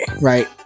right